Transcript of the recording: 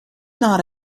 not